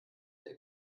der